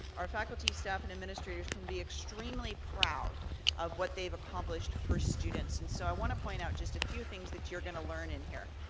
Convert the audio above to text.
our faculty staff, and administrators can be extremely proud of what they've accomplished for students. and so, i wanna point out just a few things that you're gonna learn in here.